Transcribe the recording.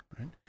right